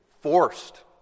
forced